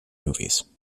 movies